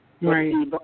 Right